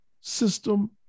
system